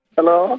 Hello